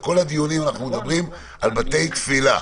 בכל הדיונים אנחנו מדברים על בתי תפילה.